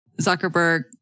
Zuckerberg